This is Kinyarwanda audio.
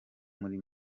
muri